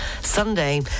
Sunday